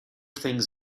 things